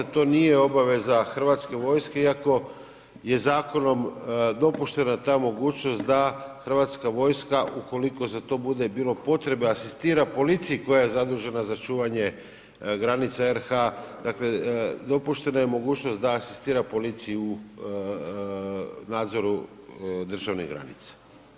To nije obaveza Hrvatske vojske iako je zakonom dopuštena ta mogućnost da Hrvatska vojska ukoliko za to bude bilo i potrebe asistira policiji koja je zadužena za čuvanje granica RH dakle dopuštena je mogućnost da asistira policiji u nadzoru državnih granica.